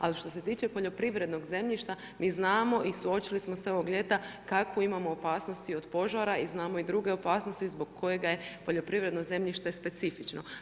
Ali što se tiče poljoprivrednog zemljišta mi znamo i suočili smo se ovog ljeta kakve imamo opasnosti od požara i znamo i druge opasnosti zbog kojega je poljoprivredno zemljište specifično.